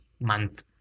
month